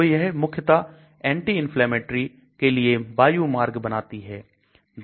तो यह मुख्यता anti inflammatory के लिए वायु मार्ग बनाती है